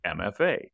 MFA